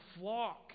flock